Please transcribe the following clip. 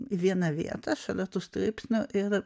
į vieną vietą šalia tų straipsnių ir